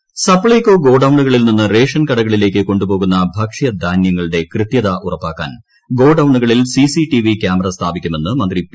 തിലോത്തമൻ സപ്ലൈകോ ഗോഡൌണുകളിൽ നിന്നും റേഷൻകടകളിലേക്ക് കൊണ്ടുപോകുന്ന ഭക്ഷ്യധാന്യങ്ങളുടെ കൃത്യത ഉറപ്പാക്കാൻ ഗോഡൌണുകളിൽ സിസിടിവി ക്യാമറ സ്ഥാപിക്കുമെന്ന് മന്ത്രി പി